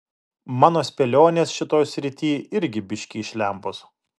mano spėlionės šitoj srity irgi biškį iš lempos